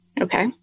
Okay